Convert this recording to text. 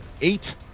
eight